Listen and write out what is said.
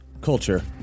culture